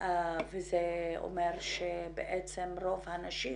וזה אומר שבעצם רוב הנשים